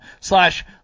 slash